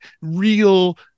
real